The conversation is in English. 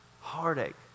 Heartache